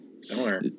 similar